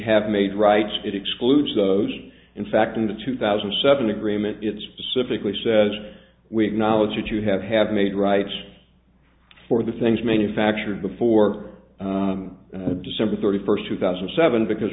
have made rights it excludes those in fact in the two thousand and seven agreement it specifically says we acknowledge that you have have made rights for the things manufactured before december thirty first two thousand and seven because